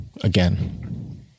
again